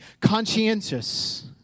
Conscientious